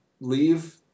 leave